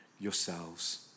yourselves